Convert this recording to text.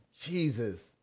Jesus